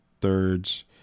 thirds